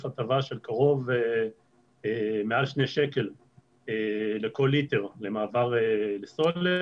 הטבה של מעל שני שקלים לכל ליטר במעבר מסולר,